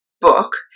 book